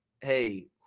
hey